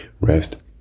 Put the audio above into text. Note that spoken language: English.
rest